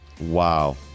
Wow